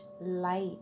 light